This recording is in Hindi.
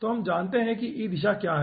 तो हम जानते हैं कि e दिशा क्या है